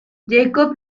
jacob